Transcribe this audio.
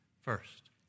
First